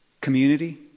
community